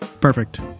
Perfect